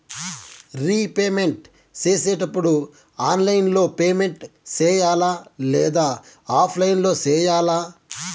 repayment సేసేటప్పుడు online లో payment సేయాలా లేదా ఆఫ్లైన్ లో సేయాలా